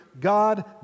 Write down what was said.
God